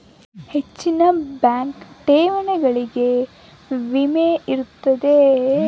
ಹೆಚ್ಚಿನ ಬ್ಯಾಂಕ್ ಠೇವಣಿಗಳಿಗೆ ವಿಮೆ ಇರುತ್ತದೆಯೆ?